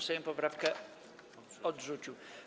Sejm poprawkę odrzucił.